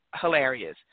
hilarious